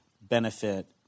benefit